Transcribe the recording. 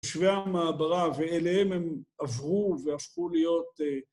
‫יושבי המעברה, ואליהם הם עברו ‫והפכו להיות...